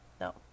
no